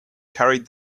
carried